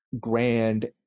grand